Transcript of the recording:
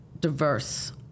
diverse